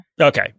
Okay